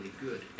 good